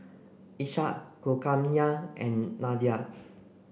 Ishak Kulkarnain and Nadia